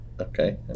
Okay